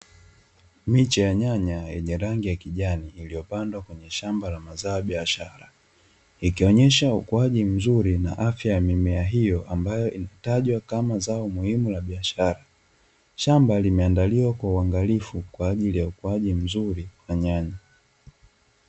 Miche ya nyanya yenye rangi ya kijani, iliyopandwa kwenye shamba la mazao ya biashara. Ikionyesha ukuaji mzuri na afya, mimea hiyo ambayo imetajwa kama zao la muhimu la biashara. Shamba limeandaliwa kwa uangalifu kwa ajili ya ukuaji mzuri wa nyanya.